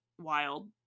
wild